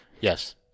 Yes